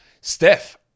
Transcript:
Steph